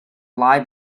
lie